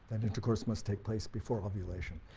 then intercourse must take place before ovulation.